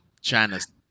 China's